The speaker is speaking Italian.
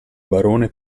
barone